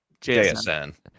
JSN